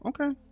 okay